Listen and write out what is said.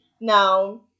now